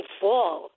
fall